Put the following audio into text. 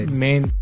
main